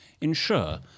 ensure